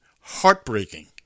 heartbreaking